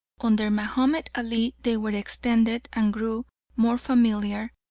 under mahomed ali they were extended and grew more familiar,